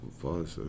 father